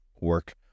work